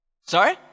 Sorry